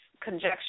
Conjecture